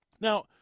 Now